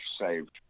saved